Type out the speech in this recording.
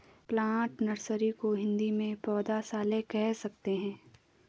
plant nursery को हिंदी में पौधशाला कह सकते हैं